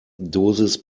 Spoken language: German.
dosis